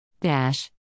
Dash